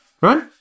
Right